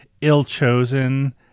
ill-chosen